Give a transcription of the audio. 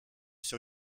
sur